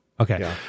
Okay